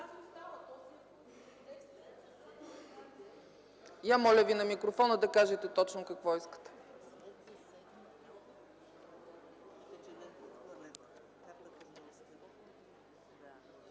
заповядайте на микрофона, да кажете точно какво искате.